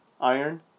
Iron